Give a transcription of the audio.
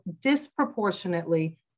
disproportionately